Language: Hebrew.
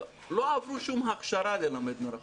לא עברו שום הכשרה ללמד מרחוק.